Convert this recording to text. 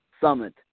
summit